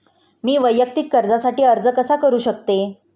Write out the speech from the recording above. मी वैयक्तिक कर्जासाठी अर्ज कसा करु शकते?